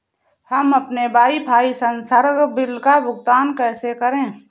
हम अपने वाईफाई संसर्ग बिल का भुगतान कैसे करें?